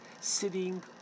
sitting